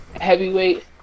Heavyweight